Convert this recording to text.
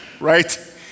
right